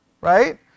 Right